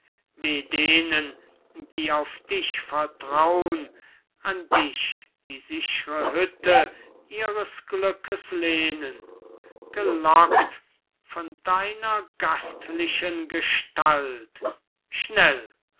denen die auf dich vertraun an dich die sichre hütte ihres glückes lehnen gelockt von deiner gastlichen gestalt schnell